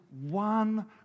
one